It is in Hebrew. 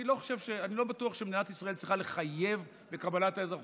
אני לא בטוח שמדינת ישראל צריכה לחייב בקבלת האזרחות.